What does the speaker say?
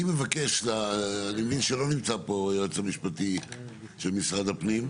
אני מבין שלא נמצא פה היועץ המשפטי של משרד הפנים.